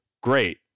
great